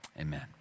Amen